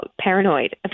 paranoid